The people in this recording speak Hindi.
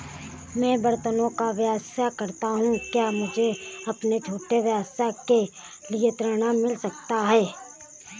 मैं बर्तनों का व्यवसाय करता हूँ क्या मुझे अपने छोटे व्यवसाय के लिए ऋण मिल सकता है?